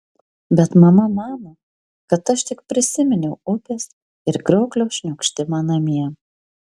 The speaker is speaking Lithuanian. bet mama mano kad aš tik prisiminiau upės ir krioklio šniokštimą namie